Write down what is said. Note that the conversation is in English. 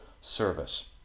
service